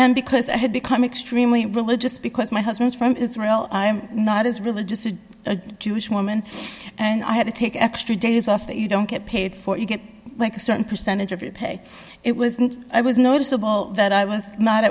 and because i had become extremely religious because my husband's from israel i'm not as religious to a jewish woman and i have to take extra days off that you don't get paid for you get like a certain percentage of your pay it wasn't i was noticeable that i was not